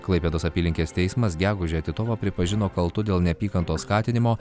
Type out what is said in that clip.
klaipėdos apylinkės teismas gegužę titovą pripažino kaltu dėl neapykantos skatinimo